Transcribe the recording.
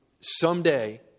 someday